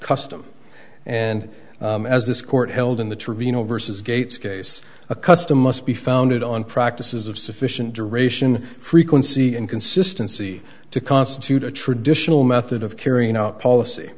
custom and as this court held in the trevino versus gates case a custom must be founded on practices of sufficient duration frequency and consistency to constitute a traditional method of carrying out policy